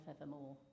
evermore